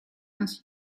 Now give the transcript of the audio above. ainsi